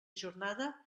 jornada